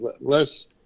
less